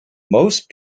most